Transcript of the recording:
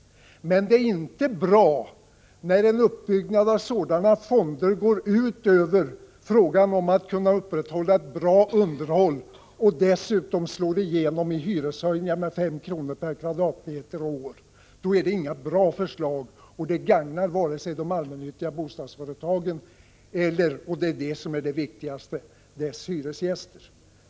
Men det är inte bra när en uppbyggnad av sådana fonder går ut över möjligheten att upprätthålla ett bra underhåll och dessutom slår igenom i hyreshöjningar med 5 kr. per kvadratmeter och år. Då är det inte ett bra förslag, och det gagnar varken de allmännyttiga bostadsföretagen eller — och det är det viktigaste — deras hyresgäster.